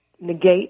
negate